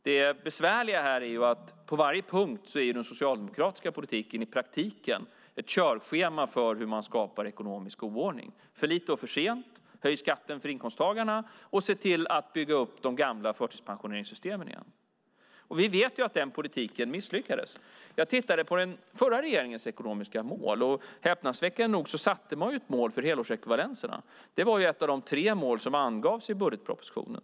Det besvärliga här är att den socialdemokratiska politiken på varje punkt i praktiken är ett körschema för hur man skapar ekonomisk oordning. Det är för lite och för sent. Man ska höja skatten för inkomsttagarna och se till att bygga upp de gamla förtidspensioneringssystemen igen. Vi vet att den politiken misslyckades. Jag tittade på den förra regeringens ekonomiska mål. Häpnadsväckande nog satte man upp ett mål för helårsekvivalenserna. Det var ett av de tre mål som angavs i budgetpropositionen.